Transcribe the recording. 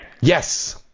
Yes